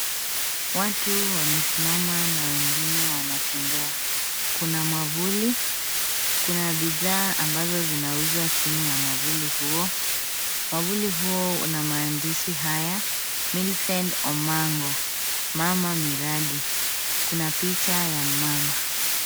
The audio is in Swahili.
Watu wamesimama na wengine wanatembea. Kuna mwavuli, kuna bidhaa ambazo zinauzwa chini ya mwavuli huo. Mwavuli huo una maandishi haya. Millicent Omanga, mama miradi. Kuna picha ya mmama.